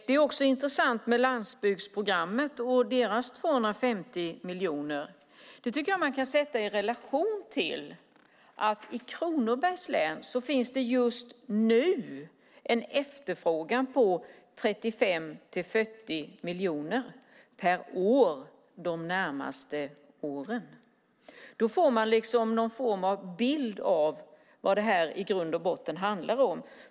Det är också intressant med landsbygdsprogrammet och de 250 miljonerna. Det tycker jag att man kan sätta i relation till att i Kronobergs län finns det en efterfrågan på 35-40 miljoner per år de närmaste åren. Då får man liksom någon form av bild av vad det här i grund och botten handlar om.